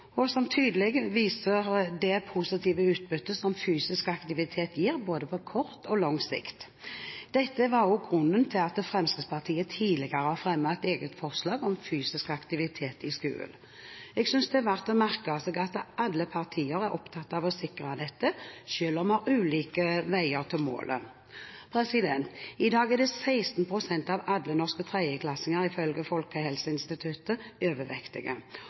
sammen, som tydelig viser det positive utbyttet som fysisk aktivitet gir på både kort og lang sikt. Dette er også grunnen til at Fremskrittspartiet tidligere har fremmet et eget forslag om fysisk aktivitet i skolen. Jeg synes det er verdt å merke seg at alle partier er opptatt av å sikre dette, selv om vi har ulike veier til målet. I dag er 16 pst. av alle norske tredjeklassinger ifølge Folkehelseinstituttet overvektige,